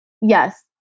Yes